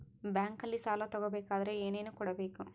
ಬ್ಯಾಂಕಲ್ಲಿ ಸಾಲ ತಗೋ ಬೇಕಾದರೆ ಏನೇನು ಕೊಡಬೇಕು?